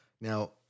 Now